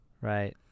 Right